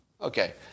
okay